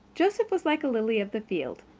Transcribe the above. joseph was like a lily of the field.